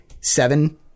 seven